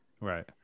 Right